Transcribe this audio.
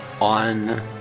on